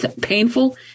painful